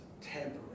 temporary